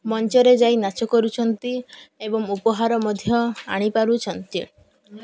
ମଞ୍ଚରେ ଯାଇ ନାଚ କରୁଛନ୍ତି ଏବଂ ଉପହାର ମଧ୍ୟ ଆଣିପାରୁଛନ୍ତି